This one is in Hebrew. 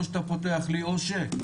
או שאתה פותח לי או ש-.